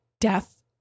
death